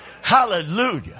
Hallelujah